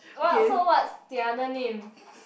what so what's the other name